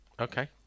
Okay